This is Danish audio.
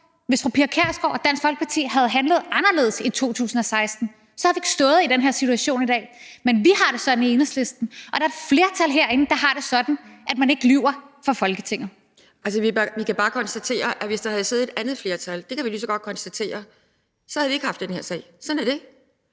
Hvis fru Pia Kjærsgaard og Dansk Folkeparti havde handlet anderledes i 2016, så havde vi ikke stået i den her situation i dag. Men vi har det sådan i Enhedslisten – og der er et flertal herinde, der har det sådan – at man ikke lyver for Folketinget. Kl. 14:43 Pia Kjærsgaard (DF): Vi kan bare konstatere, at hvis der havde siddet et andet flertal – det kan vi lige så godt konstatere – så havde vi ikke haft den her sag. Sådan er det.